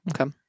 Okay